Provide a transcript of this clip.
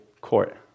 court